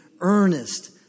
earnest